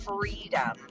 freedom